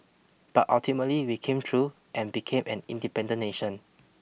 but ultimately we came through and became an independent nation